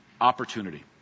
Opportunity